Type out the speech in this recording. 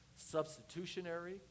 substitutionary